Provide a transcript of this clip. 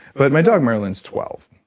but my dog, merlyn's twelve.